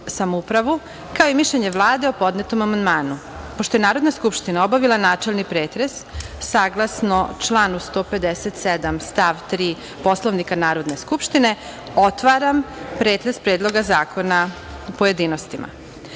samoupravu, kao i mišljenje Vlade o podnetom amandmanu. Pošto je Narodna skupština obavila načelni pretres, saglasno članu 157. stav 3. Poslovnika Narodne skupštine, otvaram pretres Predloga zakona u pojedinostima. Na